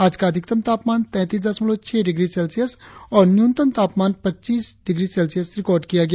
आज का अधिकतम तापमान तैंतीस दशमलव छह डिग्री सेल्सियस और न्यूनतम तापमान पच्चीस डिग्री सेल्सियस रिकार्ड किया गया